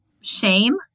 shame